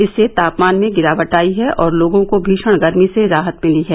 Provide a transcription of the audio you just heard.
इससे तापमान में गिरावट आयी है और लोगों को भीषण गर्मी से राहत मिली है